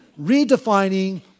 redefining